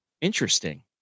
Interesting